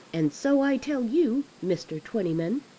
and so i tell you, mr. twentyman.